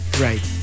Right